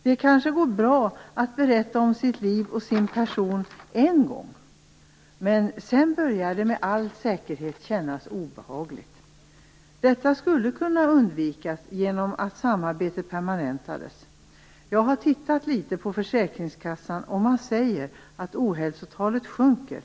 Det går kanske bra att berätta om sitt liv och sin person person en gång, men sedan börjar det med all säkerhet kännas obehagligt. Detta skulle kunna undvikas genom att samarbetet permanentades. Jag har tittat litet närmare på försäkringskassan, och man säger där att ohälsotalet sjunker.